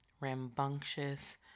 rambunctious